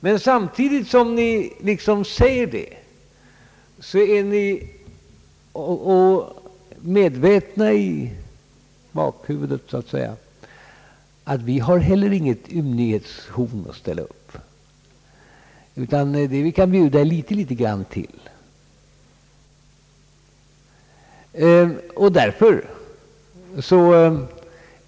Men samtidigt är ni i bakhuvudet medvetna om att ni inte har något ymnighetshorn att ställa upp. Ni kan bara bjuda en liten smula till.